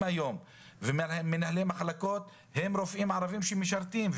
היום וממנהלי המחלקות הם רופאים ערבים שמשרתים.